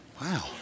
Wow